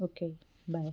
okay bye